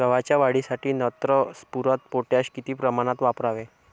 गव्हाच्या वाढीसाठी नत्र, स्फुरद, पोटॅश किती प्रमाणात वापरावे?